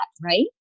right